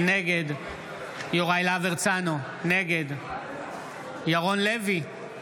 נגד יוראי להב הרצנו, נגד ירון לוי, נגד מיקי לוי,